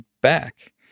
back